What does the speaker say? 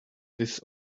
this